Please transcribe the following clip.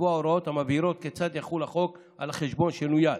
לקבוע הוראות המבהירות כיצד יחול החוק על חשבון שנויד,